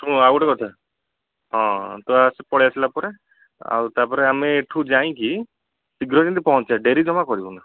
ଶୁଣ ଆଉ ଗୋଟେ କଥା ହଁ ତୁ ଆସ ପଳାଇ ଆସିଲା ପରେ ଆଉ ତା'ପରେ ଆମେ ଏଠୁ ଯାଇକି ଶୀଘ୍ର କିନ୍ତୁ ପହଞ୍ଚିବା ଡେରି ଜମା କରିବୁନି